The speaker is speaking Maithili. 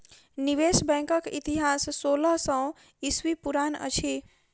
निवेश बैंकक इतिहास सोलह सौ ईस्वी पुरान अछि